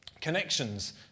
Connections